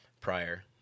prior